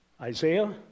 Isaiah